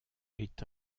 est